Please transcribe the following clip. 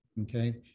okay